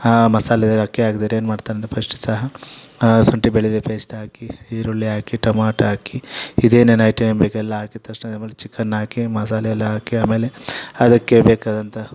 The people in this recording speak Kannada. ಮಸಾಲೆ ಅಕ್ಕಿ ಹಾಕದಿರ ಏನು ಮಾಡ್ತಾರೆಂದ್ರೆ ಫಸ್ಟ್ ಸಹ ಶುಂಠಿ ಬೆಳ್ಳುಳ್ಳಿ ಪೇಸ್ಟ್ ಹಾಕಿ ಈರುಳ್ಳಿ ಹಾಕಿ ಟೊಮೇಟೊ ಹಾಕಿ ಇದೇನೇನು ಐಟೆಮ್ ಬೇಕೋ ಎಲ್ಲ ಹಾಕಿದ ತಕ್ಷಣ ಆಮೇಲೆ ಚಿಕನ್ ಹಾಕಿ ಮಸಾಲೆಯೆಲ್ಲ ಹಾಕಿ ಆಮೇಲೆ ಅದಕ್ಕೆ ಬೇಕಾದಂತಹ